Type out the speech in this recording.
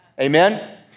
Amen